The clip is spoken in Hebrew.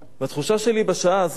התחושה שלי בשעה הזאת,